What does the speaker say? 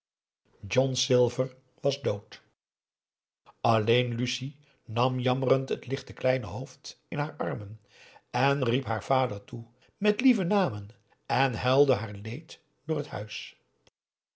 john silver was dood alleen lucie nam jammerend het lichte kleine hoofd in haar armen en riep haar vader toe met lieve namen en huilde haar leed door het huis